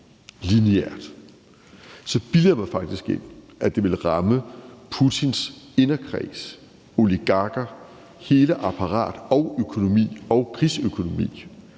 lineært over 10 år f.eks., ville ramme Putins inderkreds, oligarker, hele apparat og økonomi og krigsøkonomi